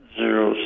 zero